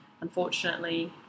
unfortunately